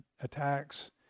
attacks